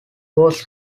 was